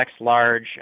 large